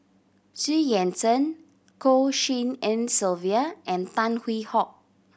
Xu Yuan Zhen Goh Tshin En Sylvia and Tan Hwee Hock